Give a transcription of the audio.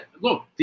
look